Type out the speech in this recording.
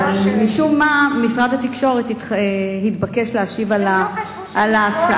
אבל משום מה משרד התקשורת התבקש להשיב על ההצעה,